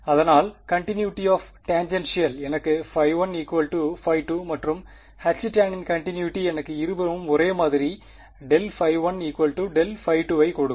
அதனால் continuity of tangential எனக்கு1 2 மற்றும் Htan இன் கண்டினுய்ட்டி எனக்கு இருபுறமும் ஒரேமாதிரி ∇1 ∇2 ஐ கொடுக்கும்